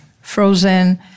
frozen